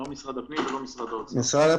גם האוצר וגם משרד הפנים.